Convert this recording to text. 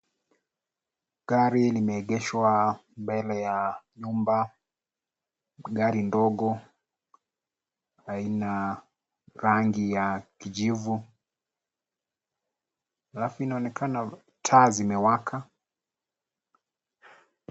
Gari limeegeshwa mbele ya nyumba, gari ndogo aina, rangi ya kijivu, alafu inaonekana taa zimewaka.